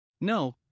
No